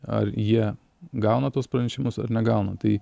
ar jie gauna tuos pranešimus ar negauna tai